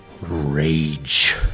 rage